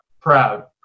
proud